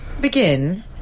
begin